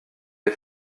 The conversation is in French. les